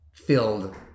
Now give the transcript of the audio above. filled